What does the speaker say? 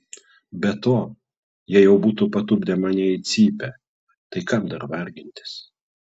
be to jie jau būtų patupdę mane į cypę tai kam dar vargintis